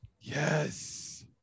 Yes